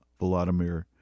Volodymyr